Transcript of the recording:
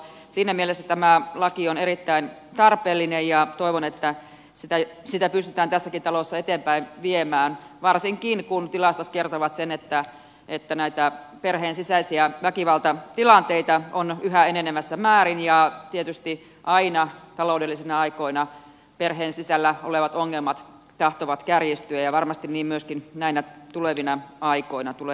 siinä mielessä tämä laki on erittäin tarpeellinen ja toivon että sitä pystytään tässäkin talossa eteenpäin viemään varsinkin kun tilastot kertovat että näitä perheensisäisiä väkivaltatilanteita on yhä enenevässä määrin ja tietysti aina taloudellisesti vaikeina aikoina perheen sisällä olevat ongelmat tahtovat kärjistyä ja varmasti niin myöskin näinä tulevina aikoina tulee käymään